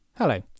Hello